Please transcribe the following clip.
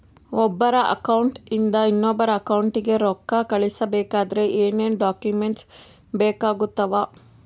ಒಬ್ಬರ ಅಕೌಂಟ್ ಇಂದ ಇನ್ನೊಬ್ಬರ ಅಕೌಂಟಿಗೆ ರೊಕ್ಕ ಕಳಿಸಬೇಕಾದ್ರೆ ಏನೇನ್ ಡಾಕ್ಯೂಮೆಂಟ್ಸ್ ಬೇಕಾಗುತ್ತಾವ?